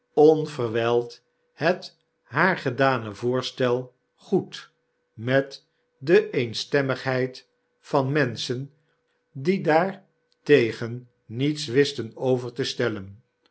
onverwijld het haar gedane voorstel goed met de eenstemmigheid van menschen die claartegen niets wisten over te stellen